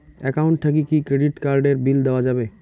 Account থাকি কি credit card এর বিল দেওয়া যাবে?